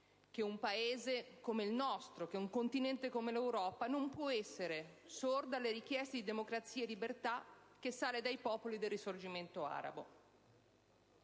che un Paese come il nostro e un continente come l'Europa non possano essere sordi alle richieste di democrazia e libertà che salgono dai popoli del risorgimento arabo.